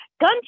gun